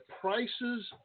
prices